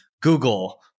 Google